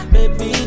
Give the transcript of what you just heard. Baby